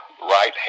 right